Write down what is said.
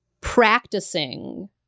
practicing